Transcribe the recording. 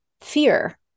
fear